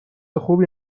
خوبی